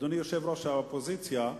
אדוני יושב-ראש האופוזיציה,